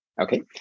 Okay